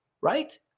right